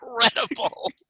incredible